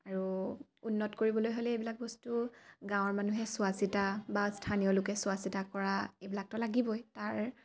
আৰু উন্নত কৰিবলৈ হ'লে এইবিলাক বস্তু গাঁৱৰ মানুহে চোৱা চিতা বা স্থানীয় লোকে চোৱা চিতা কৰা এইবিলাকতো লাগিবই তাৰ